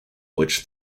which